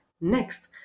Next